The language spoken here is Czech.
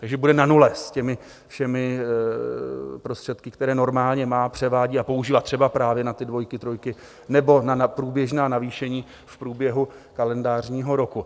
Takže bude na nule s těmi všemi prostředky, které normálně má, převádí a používá třeba právě na ty dvojky, trojky, nebo na průběžná navýšení v průběhu kalendářního roku.